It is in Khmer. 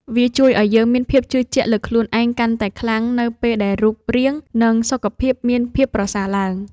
វាជួយឱ្យយើងមានភាពជឿជាក់លើខ្លួនឯងកាន់តែខ្លាំងនៅពេលដែលរូបរាង និងសុខភាពមានភាពប្រសើរឡើង។